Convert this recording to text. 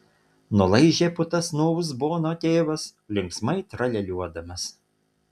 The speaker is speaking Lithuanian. nulaižė putas nuo uzbono tėvas linksmai tralialiuodamas